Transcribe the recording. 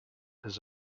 his